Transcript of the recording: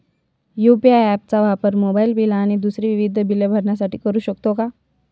UPI app चा वापर mobile bill आणि दुसरी विविध बिले भरण्यासाठी करू शकतो का?